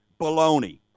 baloney